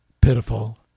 pitiful